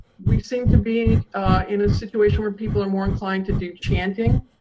we seem to be in a situation where people are more inclined to do chanting,